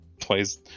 plays